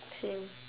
same